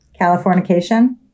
Californication